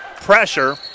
pressure